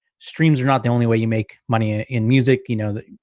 streams are not the only way you make money ah in music, you know that.